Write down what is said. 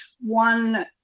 one